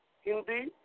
Hindi